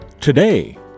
today